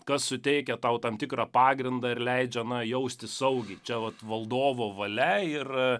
kas suteikia tau tam tikrą pagrindą ir leidžia na jaustis saugiai čia vat valdovo valia ir